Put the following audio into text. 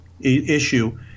issue